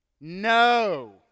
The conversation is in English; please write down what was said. No